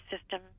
system